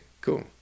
cool